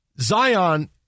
Zion